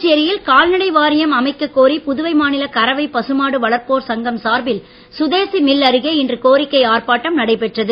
புதுச்சேரியில் கால்நடை வாரியம் அமைக்க கோரி புதுவை மாநில கறவை பசுமாடு வளர்ப்போர் சங்கம் சார்பில் சுதேசி மில் அருகே இன்று கோரிக்கை ஆர்ப்பாட்டம் நடைபெற்றது